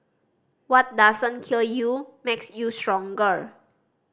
what doesn't kill you makes you stronger